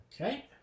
Okay